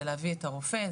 זה להביא את הרופא,